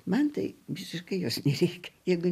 man tai visiškai jos nereikia jeigu